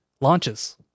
launches